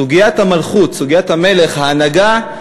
סוגיית המלכות, סוגיית המלך, ההנהגה,